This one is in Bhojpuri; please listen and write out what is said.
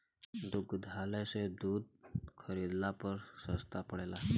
दुग्धालय से दूध खरीदला पर सस्ता पड़ेला?